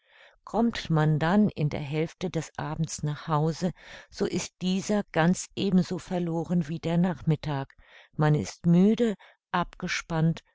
kommt man dann in der hälfte des abends nach hause so ist dieser ganz ebenso verloren wie der nachmittag man ist müde abgespannt